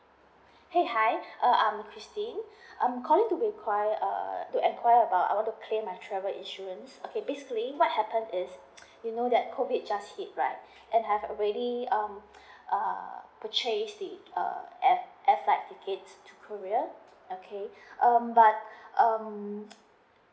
!hey! hi um I'm christine I'm calling to enquire uh uh to enquire about I wanna claim my travel insurance okay basically what happen is you know that COVID just hit right and I have already um uh purchased the uh air air flight tickets to korea okay um but um